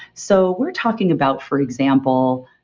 so, we're talking about for example,